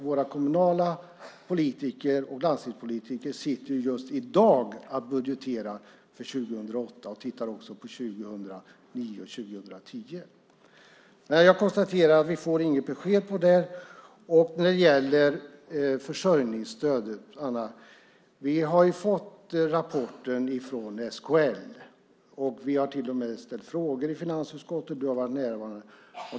Våra kommunala politiker och landstingspolitiker sitter just i dag och budgeterar för 2008 och tittar också på 2009 och 2010. Jag konstaterar att vi inte får något besked om det. Sedan gällde det försörjningsstödet. Vi har fått rapporten från SKL, och vi har till och med ställt frågor i finansutskottet - och du har varit närvarande.